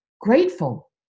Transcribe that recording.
grateful